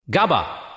GABA